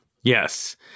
Yes